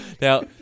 Now